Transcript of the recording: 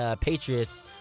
Patriots